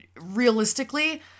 realistically